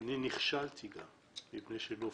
נכשלתי מפני שלא